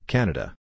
Canada